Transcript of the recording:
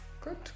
Good